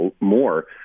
more